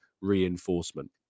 reinforcement